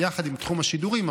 יחד עם תחום השידורים,